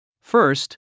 First